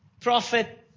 prophet